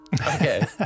okay